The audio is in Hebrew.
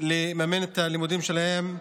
לממן את הלימודים שלהם,